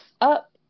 up